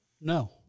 No